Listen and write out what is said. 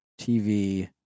TV